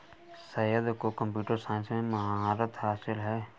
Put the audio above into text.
सैयद को computer science में महारत हासिल है